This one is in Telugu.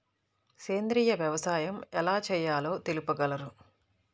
సేంద్రీయ వ్యవసాయం ఎలా చేయాలో తెలుపగలరు?